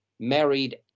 married